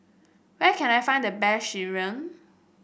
where can I find the best sireh